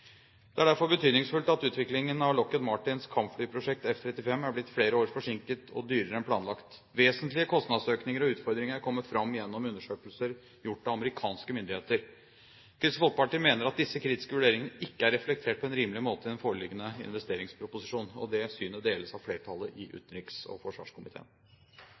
Det er derfor bekymringsfullt at utviklingen av Lockheed Martins kampflyprosjekt F-35 er blitt flere år forsinket og dyrere enn planlagt. Vesentlige kostnadsøkninger og utfordringer er kommet fram gjennom undersøkelser gjort av amerikanske myndigheter. Kristelig Folkeparti mener at disse kritiske vurderingene ikke er reflektert på en rimelig måte i den foreliggende investeringsproposisjonen. Det synet deles av flertallet i utenriks- og forsvarskomiteen.